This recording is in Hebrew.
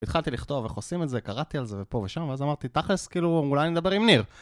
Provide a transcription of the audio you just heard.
התחלתי לכתוב איך עושים את זה, קראתי על זה ופה ושם, ואז אמרתי, תכלס, כאילו, אולי נדבר עם ניר.